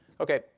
Okay